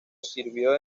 sirvió